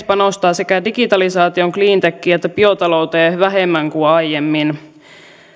panostaa sekä digitalisaatioon cleantechiin että biotalouteen vähemmän kuin aiemmin